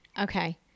Okay